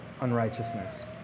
unrighteousness